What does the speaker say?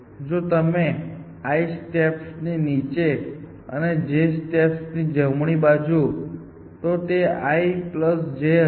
જો તમે i steps નીચે અને j સ્ટેપ્સ જમણી બાજુ જશો તો તે i j હશે